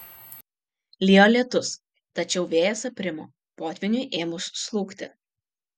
lijo lietus tačiau vėjas aprimo potvyniui ėmus slūgti